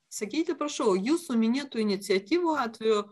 sakyti prašau jūsų minėtų iniciatyvų atveju